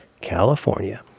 California